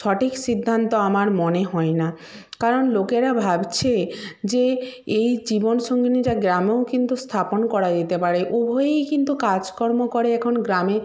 সঠিক সিদ্ধান্ত আমার মনে হয় না কারণ লোকেরা ভাবছে যে এই জীবনসঙ্গিনীরা গ্রামেও কিন্তু স্থাপন করা যেতে পারে উভয়ই কিন্তু কাজকর্ম করে এখন গ্রামে